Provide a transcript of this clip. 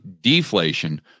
deflation